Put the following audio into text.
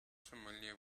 familiar